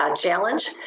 challenge